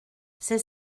c’est